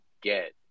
get